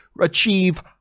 achieve